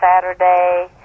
Saturday